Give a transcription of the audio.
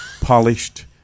polished